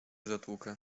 zatłukę